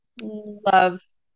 loves